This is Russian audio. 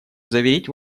заверить